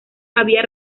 había